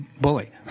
bully